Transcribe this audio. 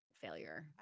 failure